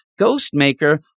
Ghostmaker